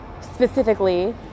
specifically